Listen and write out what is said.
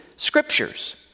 scriptures